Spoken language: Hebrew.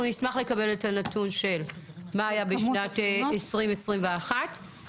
אנחנו נשמח לקבל את הנתון של מה היה בשנים 2021 ו-2022,